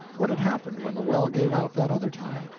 what had happened when the well gave out that other time?